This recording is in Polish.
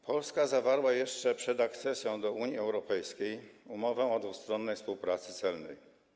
Polska zawarła jeszcze przed akcesją do Unii Europejskiej umowę o dwustronnej współpracy celnej.